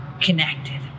connected